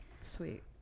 Sweet